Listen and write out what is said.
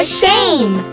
shame